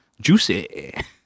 juicy